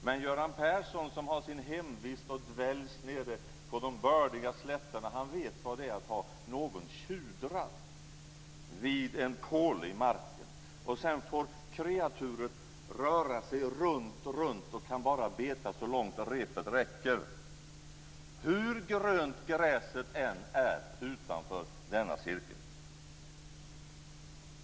Men Göran Persson, som har sin hemvist och dväljs nere på de bördiga slätterna, vet vad det är att ha någon tjudrad vid en påle i marken. Sedan får kreaturen röra sig runt, runt och kan bara beta så långt repet räcker - hur grönt än gräset är utanför denna cirkel.